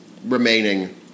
remaining